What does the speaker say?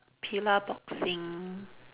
Pillarboxing